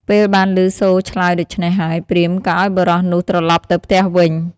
ពេលបានឮសូរឆ្លើយដូច្នេះហើយ ព្រាហ្មណ៍ក៏ឲ្យបុរសនោះត្រឡប់ទៅផ្ទះវិញ។